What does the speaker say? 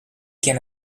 can